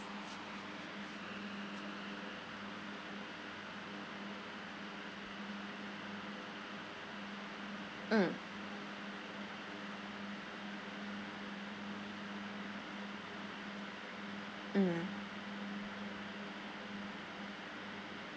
mm mm